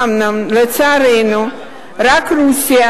אומנם נכון להיום רק רוסיה,